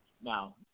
Now